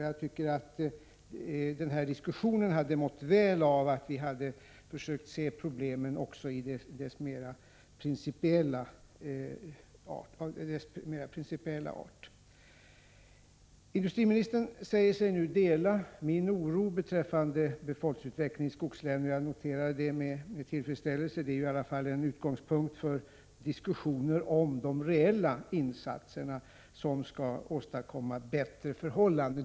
Jag tycker att den här diskussionen hade mått väl av att vi hade försökt se problemens mer principiella art. Industriministern säger sig nu dela min oro beträffande befolkningsutvecklingen i skogslänen. Jag noterar det med tillfredsställelse. Det är i alla fall en utgångspunkt för diskussioner om de reella insatser som skall åstadkomma bättre förhållanden.